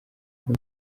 uko